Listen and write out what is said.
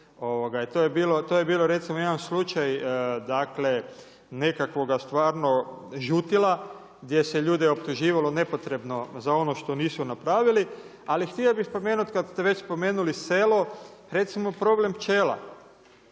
To je bio recimo jedan slučaj nekakvog stvarno žutila gdje se ljude optuživalo nepotrebno za ono što nisu napravili. Ali htio bih spomenuti kada ste već spomenuli selo recimo problem pčela.